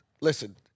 Listen